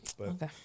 Okay